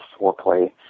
foreplay